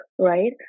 right